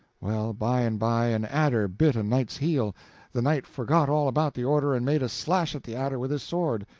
well, by and by an adder bit a knight's heel the knight forgot all about the order, and made a slash at the adder with his sword.